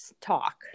talk